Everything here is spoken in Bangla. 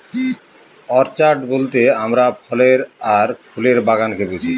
অর্চাড বলতে আমরা ফলের আর ফুলের বাগানকে বুঝি